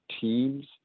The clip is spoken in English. teams